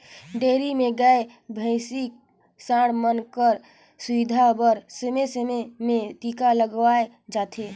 dairy में गाय, भइसी, सांड मन कर सुवास्थ बर समे समे में टीका लगवाए जाथे